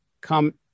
come